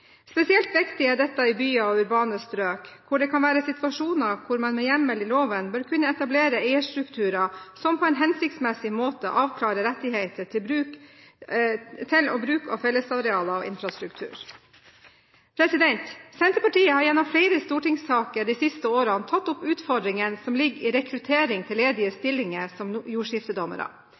Spesielt viktig er dette i byer og urbane strøk hvor det kan være situasjoner hvor man med hjemmel i loven bør kunne etablere eierstrukturer som på en hensiktsmessig måte avklarer rettigheter til og bruk av fellesarealer og infrastruktur. Senterpartiet har gjennom flere stortingssaker de siste årene tatt opp utfordringene som ligger i rekruttering til ledige stillinger som jordskiftedommere.